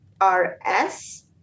r-s